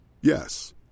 Yes